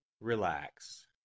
Relax